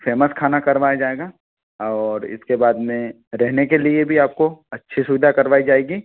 famous खाना करवाया जाएगा और इसके बाद में रहने के लिए भी आपको अच्छी सुविधा करवाई जाएगी